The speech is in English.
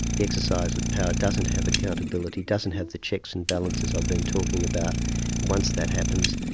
the exercise of power doesn't have accountability, doesn't have the checks and balances i've been talking about, and once that happens,